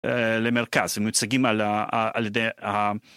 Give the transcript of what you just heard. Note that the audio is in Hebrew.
למרכז, הם מיוצגים על ידי ה...